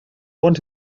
want